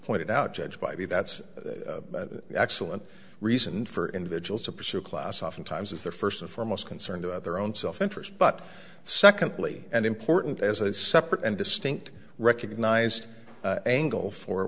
pointed out judge by the that's excellent reason for individuals to pursue class oftentimes is their first and foremost concern to their own self interest but secondly and important as a separate and distinct recognized angle for